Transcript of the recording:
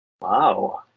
Wow